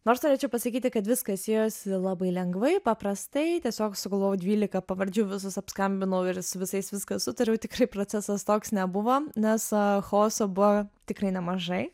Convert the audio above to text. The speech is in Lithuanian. nors norėčiau pasakyti kad viskas ėjosi labai lengvai paprastai tiesiog sugalvojau dvylika pavardžių visus apskambinau ir su visais viską sutariau tikrai procesas toks nebuvo nes chaoso buvo tikrai nemažai